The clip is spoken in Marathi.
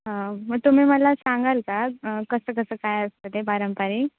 हां मग तुम्ही मला सांगाल का कसं कसं काय असतं ते पारंपरिक